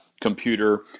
computer